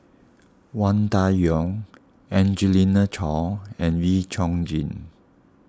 Wang Dayuan Angelina Choy and Wee Chong Jin